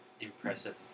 Impressive